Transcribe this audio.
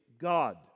God